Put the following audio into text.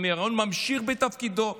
אמיר ירון ממשיך בתפקידו.